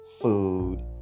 food